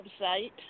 website